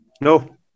No